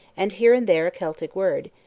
and here and there a celtic word,